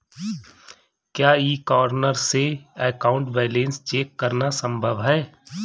क्या e corner से account balance check करना संभव है?